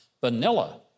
Vanilla